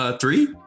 three